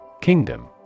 Kingdom